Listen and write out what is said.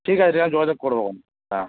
ঠিক আছে ঠিক আমি যোগাযোগ করবো হ্যাঁ